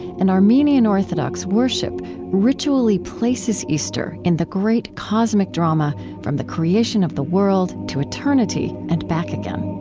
and armenian orthodox worship ritually places easter in the great cosmic drama from the creation of the world to eternity and back again